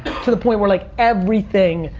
to the point where, like, everything,